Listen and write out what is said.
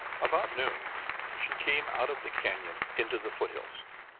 about noon she came out of the canon into the foothills.